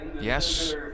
Yes